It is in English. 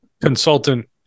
consultant